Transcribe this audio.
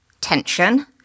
tension